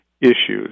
issues